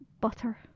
Butter